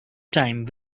time